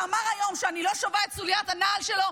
שאמר היום שאני לא שווה את סוליית הנעל שלו,